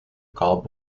call